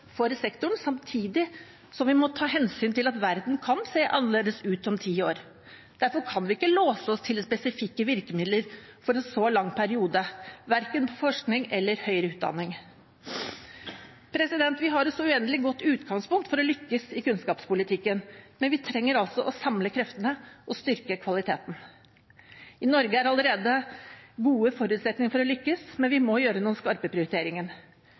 for sektoren, samtidig som vi må ta hensyn til at verden kan se annerledes ut om ti år. Derfor kan vi ikke låse oss til spesifikke virkemidler for en så lang periode, verken når det gjelder forskning eller høyere utdanning. Vi har et så uendelig godt utgangspunkt for å lykkes i kunnskapspolitikken, men vi trenger å samle kreftene og styrke kvaliteten. I Norge er det allerede gode forutsetninger for å lykkes, men vi må tørre å foreta noen